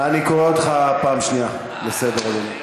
אני קורא אותך פעם שנייה לסדר, היום.